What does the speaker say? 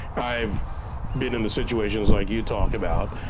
i've been in the situations like you talk about,